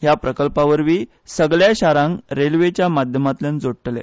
या प्रकल्पावरवी सगल्या शारांक रेल्वेच्या माध्यमांतल्यान जोडटले